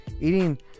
Eating